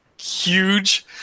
huge